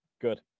good